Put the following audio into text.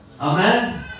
Amen